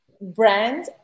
brand